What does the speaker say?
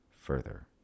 further